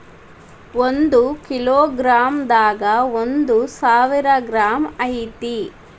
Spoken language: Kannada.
ಒಂದ ಕಿಲೋ ಗ್ರಾಂ ದಾಗ ಒಂದ ಸಾವಿರ ಗ್ರಾಂ ಐತಿ